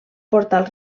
portal